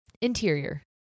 Interior